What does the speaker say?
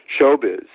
showbiz